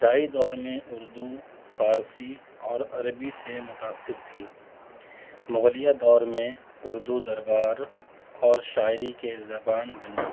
دائی دور میں اردو فارسی اور عربی سے متاثر تھی مغلیہ دور میں اردو دربار اور شاعری کے زبان بنی